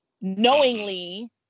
knowingly